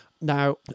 now